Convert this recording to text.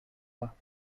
pas